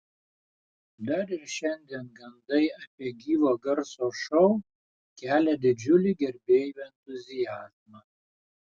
dar ir šiandien gandai apie gyvo garso šou kelia didžiulį gerbėjų entuziazmą